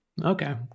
Okay